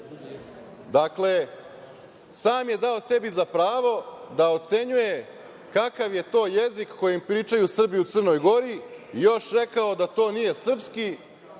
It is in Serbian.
narod. Dakle, sam je dao sebi za pravo da ocenjuje kakav je to jezik kojim pričaju Srbi u Crnoj Gori, još rekao da to nije srpski